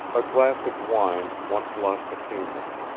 a glass of wine once lost a kingdom,